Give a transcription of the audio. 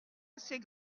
assez